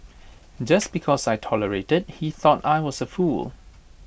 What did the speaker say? just because I tolerated he thought I was A fool